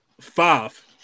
five